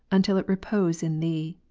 until it repose in thee